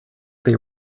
they